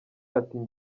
ati